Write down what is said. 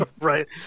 right